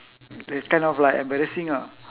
like kind of like embarrassing ah